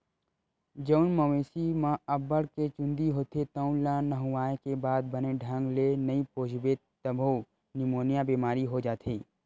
जउन मवेशी म अब्बड़ के चूंदी होथे तउन ल नहुवाए के बाद बने ढंग ले नइ पोछबे तभो निमोनिया बेमारी हो जाथे